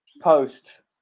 post